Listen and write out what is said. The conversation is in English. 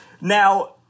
Now